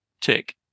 Tick